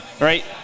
right